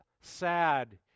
sad